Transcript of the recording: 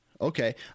Okay